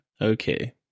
Okay